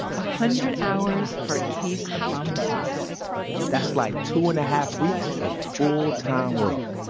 ah hundred hours for a case of ramen soups that's like two and a half weeks of full-time work